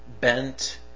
bent